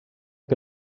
que